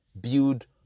build